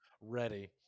Ready